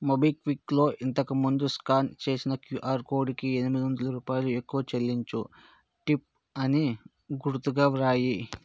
మోబిక్విక్లో ఇంతకు ముందు స్కాన్ చేసిన క్యూఆర్ కోడుకి ఎనిమిది వందలు రూపాయలు ఎక్కువ చెల్లించు టిప్ అని గురుతుగా వ్రాయి